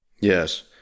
Yes